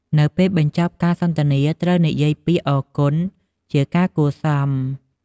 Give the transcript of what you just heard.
នៅពេលបញ្ចប់ការសន្ទនា ត្រូវនិយាយពាក្យ "អរគុណ" ជាការគួរសម។